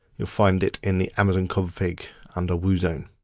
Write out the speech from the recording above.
you'll find it in the amazon config under woozone.